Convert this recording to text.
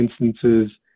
instances